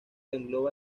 engloba